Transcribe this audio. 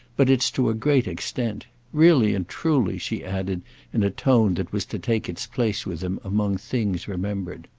but it's to a great extent. really and truly, she added in a tone that was to take its place with him among things remembered.